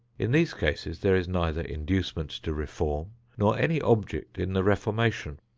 in these cases there is neither inducement to reform nor any object in the reformation.